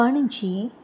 Panaji